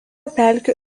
pelkių